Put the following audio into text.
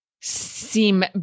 seem